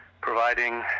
providing